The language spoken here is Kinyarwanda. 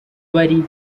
bari